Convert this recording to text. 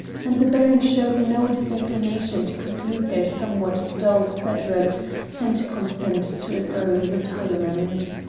and the baron showed no disinclination to conclude their somewhat dull sederunt and consent to an early retirement.